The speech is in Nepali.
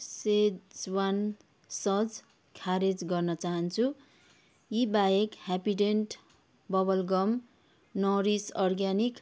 सेज्वान सस खारेज गर्न चाहन्छु यी बाहेक Happydent bubble gum nourish organic